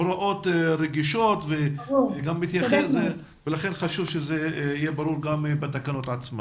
אלו הוראות רגישות וחשוב שזה יהיה ברור גם בתקנות עצמן.